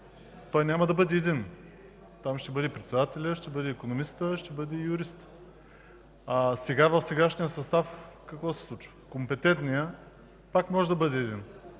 той няма да бъде един. Там ще бъде председателят, ще бъде икономистът, ще бъде и юристът. В сегашния си състав какво се случва? Компетентният пак може да бъде един.